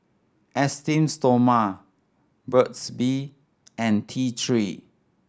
Esteem Stoma Burt's Bee and T Three